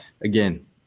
Again